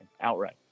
outright